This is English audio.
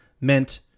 meant